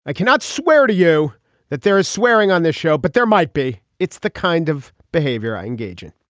i cannot swear to you that there is swearing on this show, but there might be. it's the kind of behavior i engage in